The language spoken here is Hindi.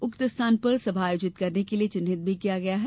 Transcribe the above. उक्त स्थान पर सभा आयोजित करने हेतु चिन्हित भी किया गया है